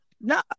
No